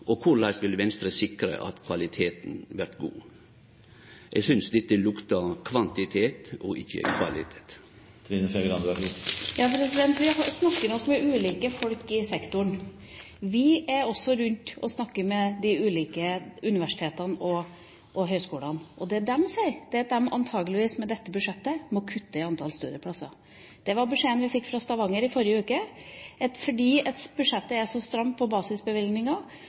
og korleis vil Venstre sikre at kvaliteten vert god? Eg synest dette luktar kvantitet og ikkje kvalitet. Vi snakker nok med ulike folk i sektoren. Vi er også rundt og snakker med de ulike universitetene og høyskolene. Det de sier, er at de antakeligvis, med dette budsjettet, må kutte i antall studieplasser. Det var beskjeden vi fikk fra Stavanger i forrige uke, at fordi budsjettet er så stramt på